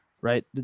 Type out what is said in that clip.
right